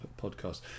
podcast